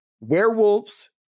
werewolves